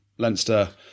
Leinster